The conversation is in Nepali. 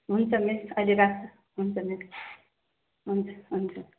हुन्छ मिस अहिले राखेँ हुन्छ मिस हुन्छ हुन्छ